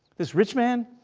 this rich man,